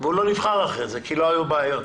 והוא לא נבחר אחרי כן כי לא היו בעיות.